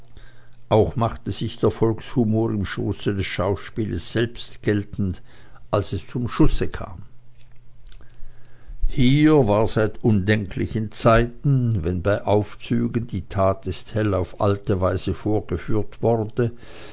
doch machte sich der volkshumor im schoße des schauspieles selbst geltend als es zum schusse kam hier war seit undenklichen zeiten wenn bei aufzügen die tat des tell auf alte weise vorgeführt wurde